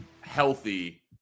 healthy